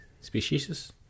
species